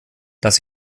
dass